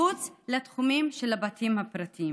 מחוץ לתחומים של הבתים הפרטיים.